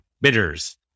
bitters